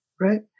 right